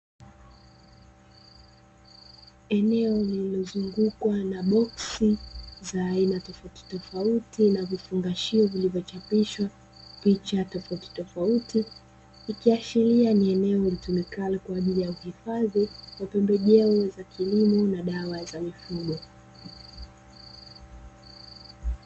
Eneo lililozungukwa na boksi lenye vifungashio vilivyochapishwa picha tofautitofauti, ikiashiria kuwa eneo litumikalo kwa ajili kuhifadhi pembejeo za kilimo na dawa za mifugo.